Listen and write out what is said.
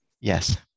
Yes